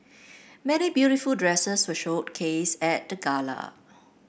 many beautiful dresses were showcased at the gala